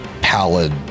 pallid